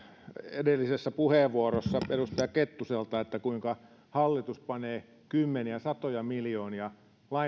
edellisessä puheenvuorossa edustaja kettuselta kuinka hallitus panee kymmeniä satoja miljoonia